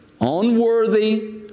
unworthy